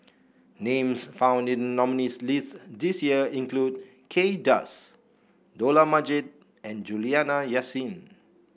names found in nominees' list this year include Kay Das Dollah Majid and Juliana Yasin